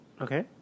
Okay